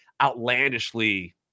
outlandishly